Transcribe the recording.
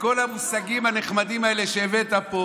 וכל המושגים הנחמדים האלה שהבאת פה,